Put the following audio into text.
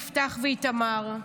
יפתח ואיתמר.